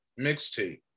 mixtape